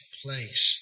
place